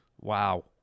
Wow